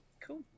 cool